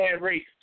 race